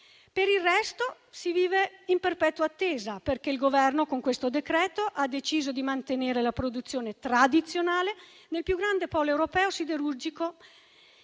Per il resto, si vive in perpetua attesa, perché il Governo con questo decreto-legge ha deciso di mantenere la produzione tradizionale nel più grande polo europeo siderurgico